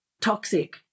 toxic